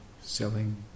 selling